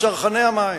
מצרכני המים,